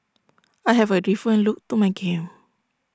I have A different look to my game